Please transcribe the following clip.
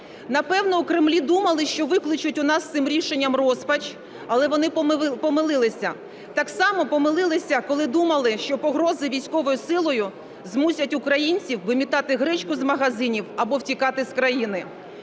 Напевно, у Кремлі думали, що викличуть у нас цим рішенням розпач, але вони помилилися, так само помилилися, коли думали, що погрози військовою силою змусять українців вимітати гречку з магазинів або втікати з країни.